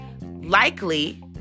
likely